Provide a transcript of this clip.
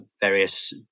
various